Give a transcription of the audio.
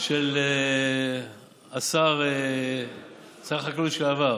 של שר החקלאות לשעבר,